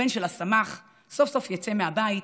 הבן שלה שמח: סוף-סוף יצא מהבית,